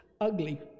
ugly